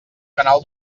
canal